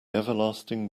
everlasting